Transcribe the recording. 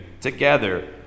together